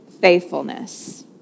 faithfulness